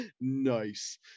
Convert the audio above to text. nice